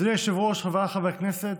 אדוני היושב-ראש, חבריי חברי הכנסת,